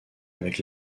avec